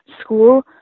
school